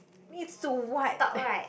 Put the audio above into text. needs to wipe